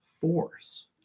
force